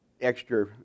extra